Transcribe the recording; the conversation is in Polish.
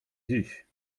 dziś